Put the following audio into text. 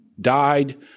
died